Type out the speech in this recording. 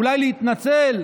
אולי להתנצל.